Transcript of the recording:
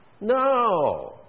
No